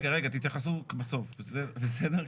רגע, רגע, תתייחסו בסוף, בסדר?